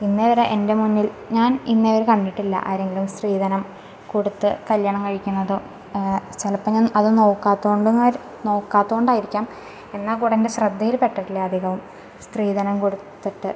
ഇന്നേവെരെ എന്റെ മുന്നില് ഞാന് ഇന്നേവരെ കണ്ടട്ടില്ല ആരെങ്കിലും സ്രീധനം കൊടുത്ത് കല്യണം കഴിക്കുന്നതൊക്കെ ചിലപ്പം ഞാന് അത് നോക്കാത്തോണ്ടുംകാ നോക്കാത്തോണ്ടായിരിക്കാം എന്നാക്കൂടെന്റെ ശ്രദ്ധയില് പെട്ടിട്ടില്ല അധികം സ്ത്രീധനം കൊടുത്തിട്ട്